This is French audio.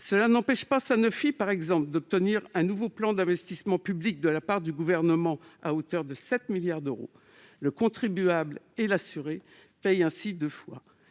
Cela n'empêche pas Sanofi d'obtenir par exemple un nouveau plan d'investissements publics du Gouvernement, à hauteur de 7 milliards d'euros. Le contribuable et l'assuré payent ainsi deux fois.